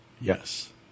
Yes